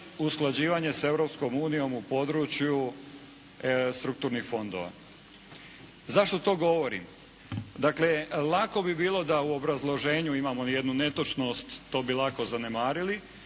unijom u području strukturnih fondova. Zašto to govorim? Dakle lako bi bilo da u obrazloženju imamo jednu netočnost, to bi lako zanemarili.